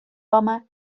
آمد